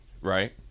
right